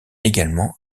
également